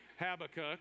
Habakkuk